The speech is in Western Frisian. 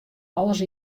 alles